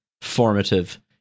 formative